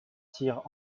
tire